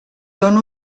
són